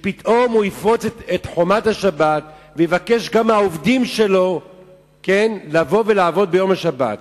פתאום יפרוץ את חומת השבת ויבקש גם מהעובדים שלו לבוא לעבוד בשבת.